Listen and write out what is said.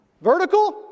vertical